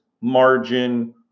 margin